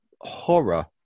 horror